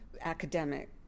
academic